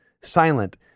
silent